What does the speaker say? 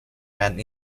and